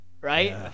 Right